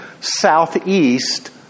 southeast